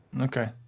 Okay